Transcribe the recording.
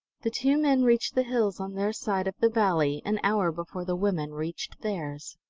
the two men reached the hills on their side of the valley an hour before the women reached theirs.